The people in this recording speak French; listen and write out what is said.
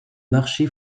marché